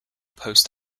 post